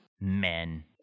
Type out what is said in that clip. men